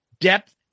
depth